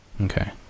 Okay